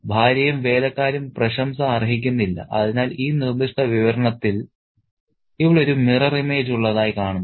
ഭാര്യയും വേലക്കാരും പ്രശംസ അർഹിക്കുന്നില്ല അതിനാൽ ഈ നിർദ്ദിഷ്ട വിവരണത്തിൽ ഇവിടെ ഒരു മിറർ ഇമേജ് ഉള്ളതായി കാണുന്നു